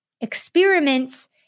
experiments